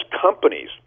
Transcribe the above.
companies